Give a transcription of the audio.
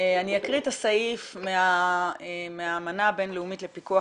אני אקריא את הסעיף מהאמנה הבינלאומית לפיקוח